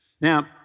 now